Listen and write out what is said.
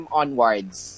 onwards